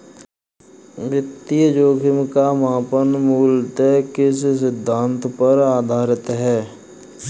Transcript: वित्तीय जोखिम का मापन मूलतः किस सिद्धांत पर आधारित है?